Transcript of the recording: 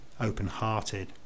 open-hearted